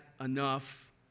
enough